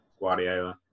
Guardiola